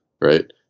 right